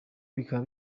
bikaba